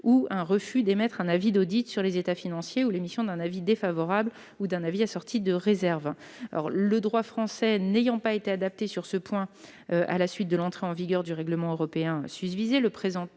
ou un refus d'émettre un avis d'audit sur les états financiers ou l'émission d'un avis défavorable ou d'un avis assorti de réserves. Le droit français n'ayant pas été adapté sur ce point à la suite de l'entrée en vigueur du règlement européen susvisé,